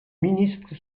ministre